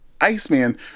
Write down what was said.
Iceman